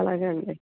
అలాగే అండి